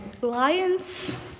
lions